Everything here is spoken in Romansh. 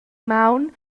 maun